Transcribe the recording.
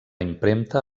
impremta